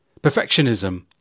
Perfectionism